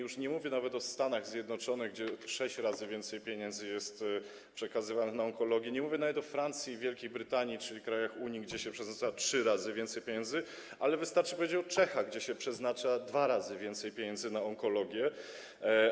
Już nie mówię nawet o Stanach Zjednoczonych, gdzie sześć razy więcej pieniędzy jest przekazywanych na onkologię, nie mówię nawet o Francji i Wielkiej Brytanii, czyli krajach Unii, gdzie się przeznacza trzy razy więcej pieniędzy, ale wystarczy powiedzieć o Czechach, gdzie się przeznacza dwa razy pieniędzy na onkologię.